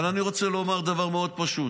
אבל אני רוצה לומר דבר מאוד פשוט.